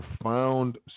profound